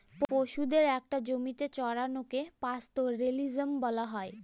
পশুদের একটা জমিতে চড়ানোকে পাস্তোরেলিজম বলা হয়